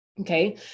Okay